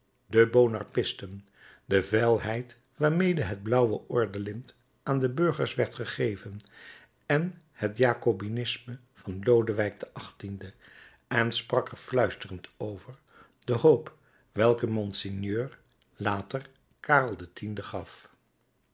de bonapartisten de veilheid waarmede het blauwe ordelint aan de burgers werd gegeven en het jakobinisme van lodewijk xviii en sprak er fluisterend over de hoop welke monsieur later karel x gaf